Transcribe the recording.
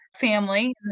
family